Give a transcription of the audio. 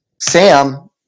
Sam